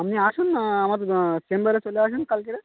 আপনি আসুন না আমার চেম্বারে চলে আসুন কালকে